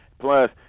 Plus